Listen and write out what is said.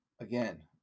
again